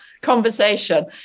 conversation